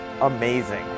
amazing